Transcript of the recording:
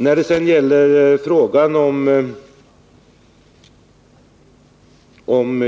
När det gäller frågan om